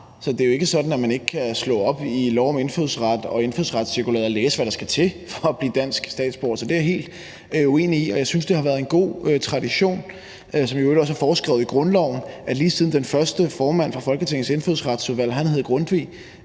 så det er jo ikke sådan, at man ikke kan slå op i lov om indfødsret og indfødsretscirkulæret og læse, hvad der skal til for at blive dansk statsborger. Så det er jeg helt uenig i. Og jeg synes, det har været en god tradition, som i øvrigt også er foreskrevet i grundloven, at lige siden den første formand for Folketingets Indfødsretsudvalg – han hed Grundtvig